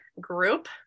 group